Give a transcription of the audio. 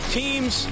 teams